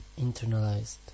internalized